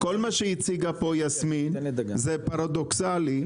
כל מה שהציגה פה יסמין זה פרדוקסלי,